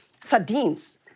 sardines